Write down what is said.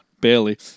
Barely